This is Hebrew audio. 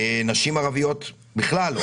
ובקרב נשים ערביות אין בכלל.